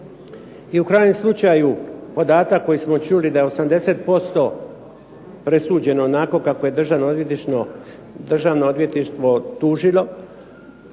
I u krajnjem slučaju podatak koji smo čuli da je 80% presuđeno onako kako je Državno odvjetništvo tužilo,